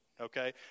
okay